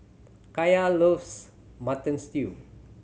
Kaya loves Mutton Stew